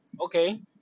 okay